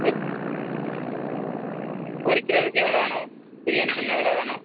பொர் பொரிக்கிறதுக்கு எவ்வளோ வேணும் பிரியாணி பண்ண எவ்வளோ வேணும்